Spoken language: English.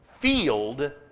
field